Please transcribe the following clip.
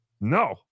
No